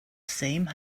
same